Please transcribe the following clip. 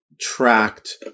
tracked